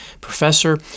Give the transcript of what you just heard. professor